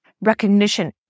recognition